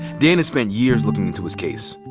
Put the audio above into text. dan has spent years looking into his case.